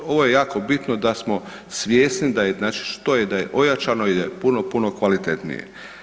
Ovo je jako bitno da smo svjesni znači što je da je ojačano i da je puno, puno kvalitetnije.